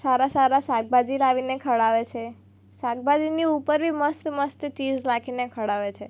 સારા સારા શાકભાજી લાવીને ખવડાવે છે શાકભાજીની ઉપર બી મસ્ત મસ્ત ચીઝ નાખીને ખવડાવે છે